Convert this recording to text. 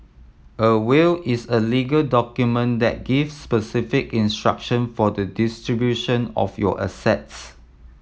a will is a legal document that gives specific instruction for the distribution of your assets